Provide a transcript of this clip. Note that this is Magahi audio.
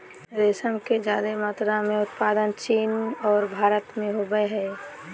रेशम के ज्यादे मात्रा में उत्पादन चीन और भारत में होबय हइ